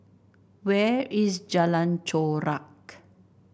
where is Jalan Chorak